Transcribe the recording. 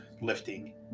lifting